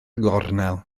gornel